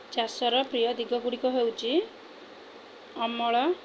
ଚାଷର ପ୍ରିୟ ଦିଗଗୁଡ଼ିକ ହେଉଛି ଅମଳ